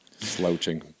Slouching